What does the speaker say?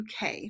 UK